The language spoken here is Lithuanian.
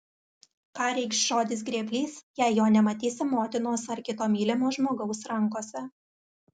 ką reikš žodis grėblys jei jo nematysi motinos ar kito mylimo žmogaus rankose